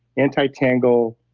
antitangle,